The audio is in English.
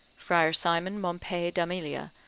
friar simon mompei d'amelia,